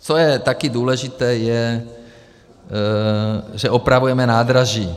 Co je taky důležité, je, že opravujeme nádraží.